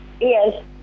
yes